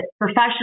professional